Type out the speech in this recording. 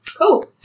Cool